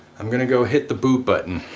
i'm gonna go hit the boot button